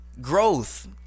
Growth